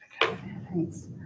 Thanks